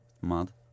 Mad